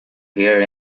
hear